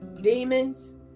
demons